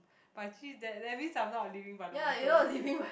but actually that that means I'm not living by the motto